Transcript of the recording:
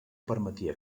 permetia